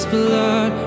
blood